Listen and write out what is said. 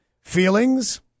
feelings